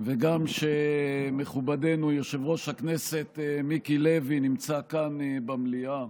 וגם שמכובדנו יושב-ראש הכנסת מיקי לוי נמצא כאן במליאה.